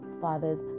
Father's